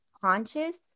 conscious